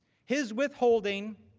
his withholding,